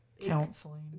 counseling